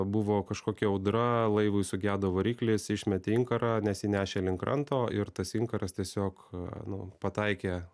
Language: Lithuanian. buvo kažkokia audra laivui sugedo variklis išmetė inkarą nes jį nešė link kranto ir tas inkaras tiesiog nu pataikė